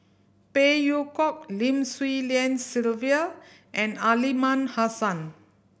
Phey Yew Kok Lim Swee Lian Sylvia and Aliman Hassan